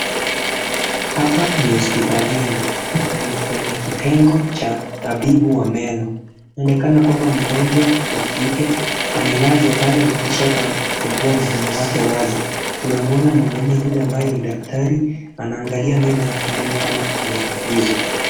Hapa ni hospitalini na ni kwenye kitengo cha meno inaonekana kwamba mgonjwa wa kike amelazwa pale na kisha kuufungua mdomo wake wazi tunamuona mwanaume yule ambaye ni daktari anaangalia meno yake aone kama kuna tatizo.